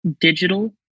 digital